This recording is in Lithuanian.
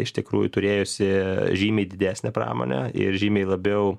iš tikrųjų turėjusi žymiai didesnę pramonę ir žymiai labiau